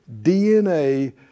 DNA